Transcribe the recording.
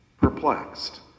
perplexed